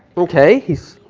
ok, he's